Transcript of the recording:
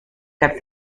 kept